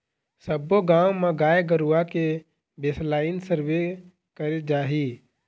सब्बो गाँव म गाय गरुवा के बेसलाइन सर्वे करे जाही